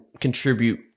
contribute